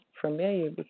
familiar